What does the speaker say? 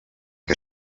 què